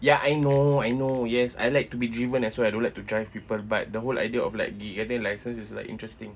ya I know I know yes I like to be driven as well I don't like to drive people but the whole idea of like getting a license is like interesting